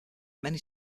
many